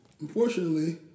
unfortunately